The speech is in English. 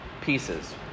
pieces